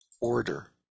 order